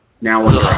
now